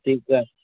ठीक आहे